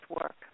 work